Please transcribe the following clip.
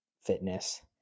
fitness